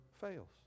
fails